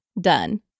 done